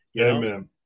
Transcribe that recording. Amen